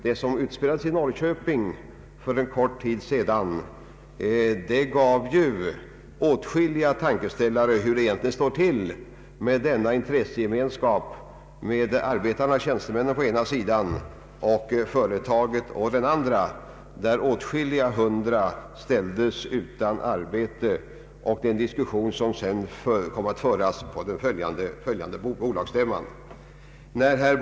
Det som utspelades i Norrköping för en kort tid sedan gav åtskilliga tankeställare om hur det egentligen står till med denna intressegemenskap mellan arbetare och tjänstemän å ena sidan och företaget å den andra. Åtskilliga hundra ställdes ju utan arbete, och den diskussion som sedan kom att föras ägde rum på den följande bolagsstämman och var mycket belysande.